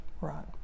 Right